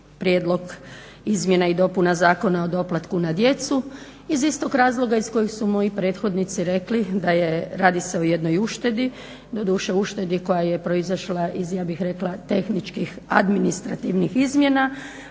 prijedlog izmjena i dopuna Zakona o doplatku na djecu iz istog razloga iz kojeg su moji prethodnici rekli da je, radi se o jednoj uštedi. Doduše uštedi koja je proizašla iz ja bih rekla tehničkih, administrativnih izmjena.